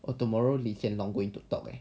oh tomorrow lee hsien loong going to talk leh